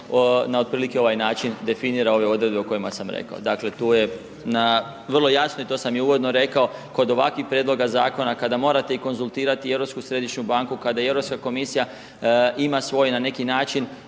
na otprilike ovaj način definira ove odredbe o kojima sam rekao. Dakle tu je na, vrlo jasno i to sam i uvodno rekao, kod ovakvih prijedloga zakona kada morate i konzultirati i Europsku središnju banku, kada i Europska komisija ima svoj na neki način